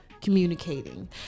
communicating